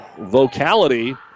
vocality